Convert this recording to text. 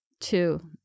Two